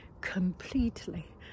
completely